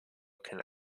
canal